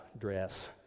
dress